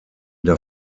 der